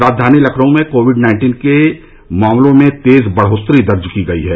राजधानी लखनऊ में covid nineteen मामलों में तेज बढ़ोत्तरी दर्ज की गई है